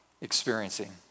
experiencing